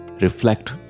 reflect